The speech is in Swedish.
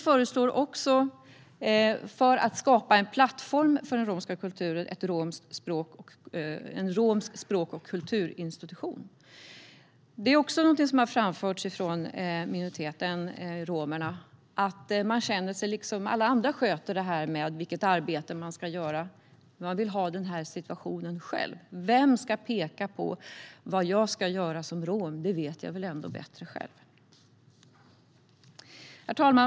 För att skapa en plattform för den romska kulturen föreslår vi också en romsk språk och kulturinstitution. Att alla andra sköter vilket arbete som ska göras är också något som har framförts från den romska minoriteten. Man vill ha situationen själv. Vem ska peka på vad jag som rom ska göra? Det vet jag väl ändå bättre själv. Herr talman!